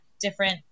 different